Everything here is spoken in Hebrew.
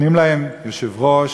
נותנים להם יושב-ראש,